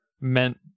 meant